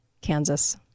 Kansas